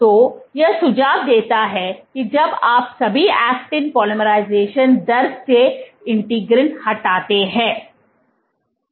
तो यह सुझाव देता है कि जब आप सभी एक्टिन पोलीमराइज़ेशन दर से इंटीग्रिन हटाते हैं